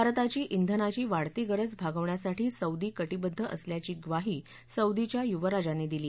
भारताची खेनाची वाढती गरज भागवण्यासाठी सौदी काँबद्व असल्याची म्वाही सौदीच्या युवराजांनी दिली